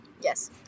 Yes